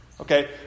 Okay